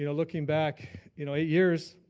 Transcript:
you know looking back you know eight years,